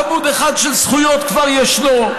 עמוד אחד של זכויות כבר ישנו,